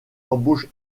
embauche